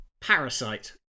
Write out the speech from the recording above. Parasite